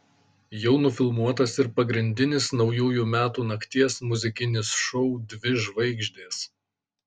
jau nufilmuotas ir pagrindinis naujųjų metų nakties muzikinis šou dvi žvaigždės